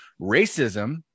Racism